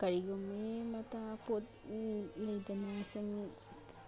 ꯀꯔꯤꯒꯨꯝꯕꯤ ꯑꯃꯠꯇ ꯄꯣꯠ ꯂꯩꯗꯅ ꯁꯨꯝ